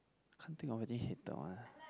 I can't think of any hated one ah